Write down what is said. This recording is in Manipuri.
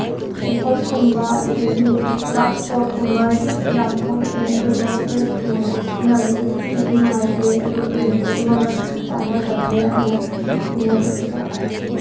ꯄꯤꯝꯄꯜꯁ ꯀꯨꯝꯕ ꯑꯗꯨꯗꯒꯤ ꯗꯥꯛ ꯏꯁꯄꯣꯠ ꯀꯨꯝꯕ ꯌꯥꯝ ꯊꯣꯛꯂꯛꯑꯦ ꯑꯗꯨꯅ ꯐ꯭ꯔꯦꯁ ꯀ꯭ꯔꯤꯝ ꯑꯁꯦ ꯁꯤꯖꯤꯟꯅꯕꯁꯦ ꯑꯗꯨꯛꯀꯤ ꯃꯇꯤꯛ ꯅꯨꯡꯉꯥꯏꯇꯦ ꯑꯗꯨ ꯀ꯭ꯔꯤꯝꯁꯦ ꯑꯩꯉꯣꯟꯗ ꯆꯥꯅꯗ꯭ꯔꯕꯅꯤꯅ ꯑꯩꯅ ꯃꯤꯉꯣꯟꯗ ꯄꯤꯊꯣꯛꯈ꯭ꯔꯦ